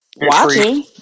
watching